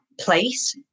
place